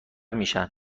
میشن